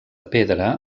pedra